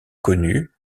connu